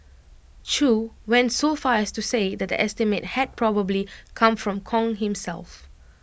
chew went so far as to say that the estimate had probably come from Kong himself